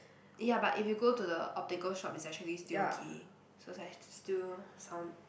ya but if you go to the optical shop is actually still okay so I still sound